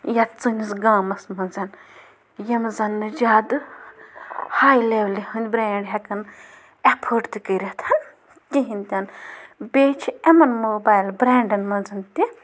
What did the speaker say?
یَتھ سٲنِس گامَس منٛز یِم زنٛنہٕ زیادٕ ہَے لٮ۪ولہِ ہٕنٛدۍ برٛاینٛڈ ہٮ۪کَن اٮ۪فٲٹ تہِ کٔرِتھ کِہیٖنۍ تہِ نہٕ بیٚیہِ چھِ یِمَن موبایِل برٛاینٛڈَن منٛز تہِ